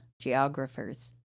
geographers